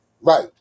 Right